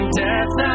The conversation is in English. death